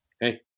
Hey